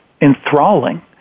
enthralling